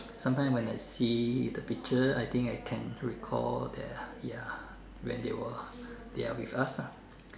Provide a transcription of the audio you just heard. sometimes when I see the picture I think I can recall the ya when they were they are with us ah